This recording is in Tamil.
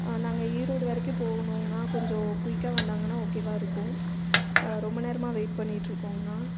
நாங்கள் ஈரோடு வரைக்கும் போகணுங்கணா கொஞ்சம் குயிக்காக வந்தாங்கனா ஓகேவாக இருக்கும் ரொம்ப நேரமாக வெயிட் பண்ணியிட்ருக்கோங்ணா